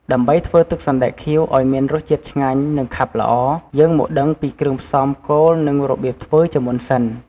ដើម្បីធ្វើទឹកសណ្ដែកខៀវឱ្យមានរសជាតិឆ្ងាញ់ និងខាប់ល្អ យើងមកដឹងគ្រឿងផ្សំគោលនិងរបៀបធ្វើជាមុនសិន។